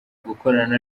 gukorana